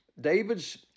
David's